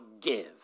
give